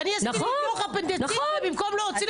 ואני עשיתי ניתוח אפנדיציט ובמקום להוציא,